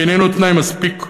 ואיננו תנאי מספיק.